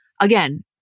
again